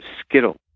skittle